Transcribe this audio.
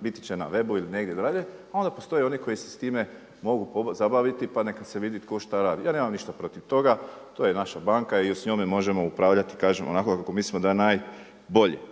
biti će na webu ili negdje dalje a onda postoje oni koji se s time mogu pozabaviti pa nek se vidi tko šta radi. Ja nemam ništa protiv toga, to je naša banka i s njome možemo upravljati kažem onako kao mislimo da je najbolje.